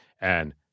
And-